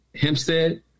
Hempstead